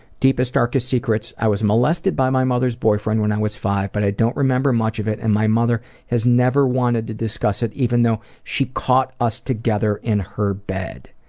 deepest, darkest secrets, i was molested by my mother's boyfriend when i was five, but i don't remember much of it, and my mother has never wanted to discuss it even though she caught us together in her bed.